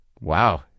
wow